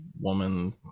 woman